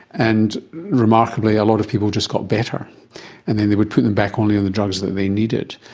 and remarkably a lot of people just got better and then they would put them back only on the drugs that they needed.